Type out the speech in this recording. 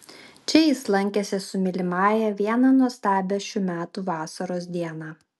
čia jis lankėsi su mylimąja vieną nuostabią šių metų vasaros dieną